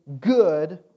good